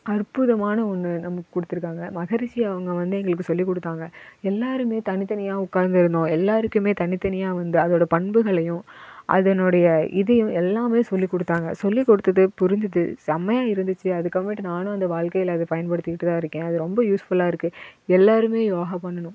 அற்புதமான ஒன்று நமக்கு கொடுத்துருக்காங்க மஹரிஷி அவங்க வந்து எங்களுக்கு சொல்லி கொடுத்தாங்க எல்லாேருமே தனித்தனியாக உட்காந்து இருந்தோம் எல்லாேருக்குமே தனித்தனியாக வந்து அதோட பண்புகளையும் அதனுடைய இதையும் எல்லாமே சொல்லி கொடுத்தாங்க சொல்லிக் கொடுத்தது புரிஞ்சுது செம்மையா இருந்துச்சு அதுக்கப்புறமேட்டு நானும் அந்த வாழ்க்கையில் அதை பயன்பப்படுத்திக்கிட்டு தான் இருக்கேன் அது ரொம்ப யூஸ்ஃபுல்லாக இருக்குது எல்லாேருமே யோகா பண்ணணும்